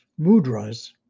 mudras